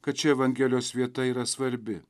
kad ši evangelijos vieta yra svarbi